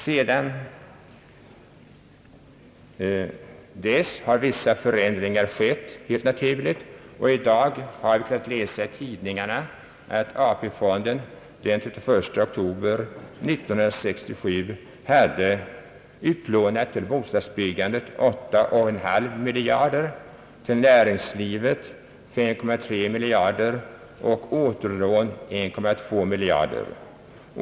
Sedan dess har helt naturligt vissa förändringar skett, och i dag har vi fått läsa i tidningarna att AP-fonden den 31 oktober 1967 till bostadsbyggandet hade lånat ut 8,5 miljarder, till näringslivet 5,3 miljarder och i återlån 1,2 miljarder.